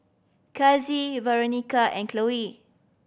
Kasie Veronica and Chloe